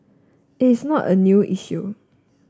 it is not a new issue